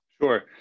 Sure